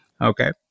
Okay